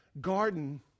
garden